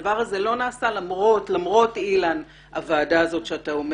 הדבר הזה לא נעשה למרות הוועדה הזו שאתה,